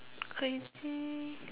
crazy